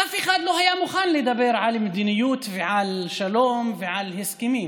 אף אחד לא היה מוכן לדבר על מדיניות ועל שלום ועל הסכמים.